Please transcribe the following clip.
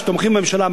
שתומכים בממשלה,